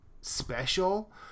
special